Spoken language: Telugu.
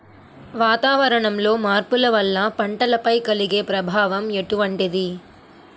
వాతావరణంలో మార్పుల వల్ల పంటలపై కలిగే ప్రభావం ఎటువంటిది?